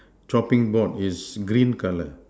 chopping board is green color